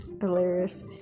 hilarious